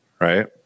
Right